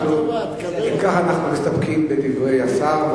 אנחנו מסתפקים בדברי השר.